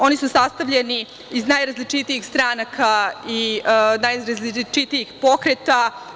Oni su sastavljeni iz najrazličitijih stranaka i najrazličitijih pokreta.